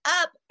up